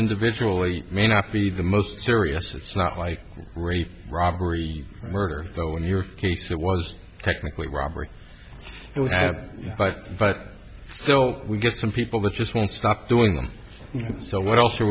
individual it may not be the most serious it's not like rape robbery or murder though in your case it was technically robbery it would have been five but so we get some people that just won't stop doing them so what else are